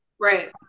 Right